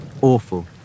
Awful